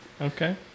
Okay